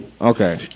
Okay